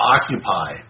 Occupy